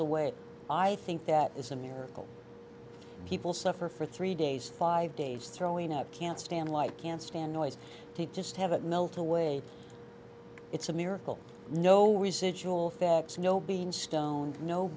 away i think that is a miracle people suffer for three days five days throwing up can't stand light can't stand noise can't just have it melt away it's a miracle no residual thoughts no being stoned no